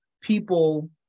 people